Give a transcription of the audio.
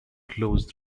closed